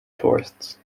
tourists